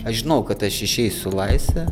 aš žinau kad aš išeisiu į laisvę